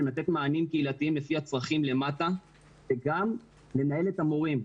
כדי לתת מענים קהילתיים לפי הצרכים למטה וגם לנהל את המורים.